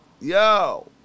Yo